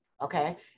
okay